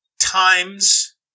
times